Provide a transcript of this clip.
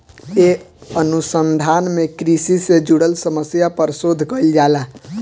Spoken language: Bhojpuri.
ए अनुसंधान में कृषि से जुड़ल समस्या पर शोध कईल जाला